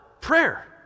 Prayer